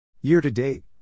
Year-to-date